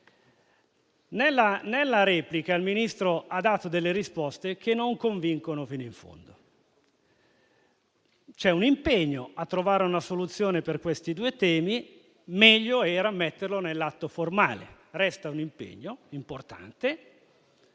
Nella replica, il Ministro ha dato risposte che non convincono fino in fondo: c'è un impegno a trovare una soluzione per questi due temi, ma era meglio metterlo nell'atto formale. Resta un impegno importante,